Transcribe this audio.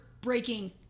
breaking